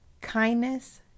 kindness